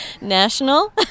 National